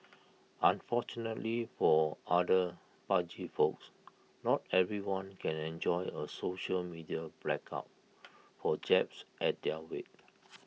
unfortunately for other pudgy folks not everyone can enjoy A social media blackout for jabs at their weight